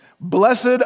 Blessed